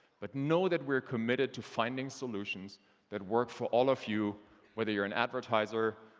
but know that we're committed to finding solutions that work for all of you whether you're an advertiser,